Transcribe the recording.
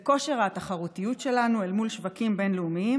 בכושר התחרותיות שלנו אל מול שווקים בין-לאומיים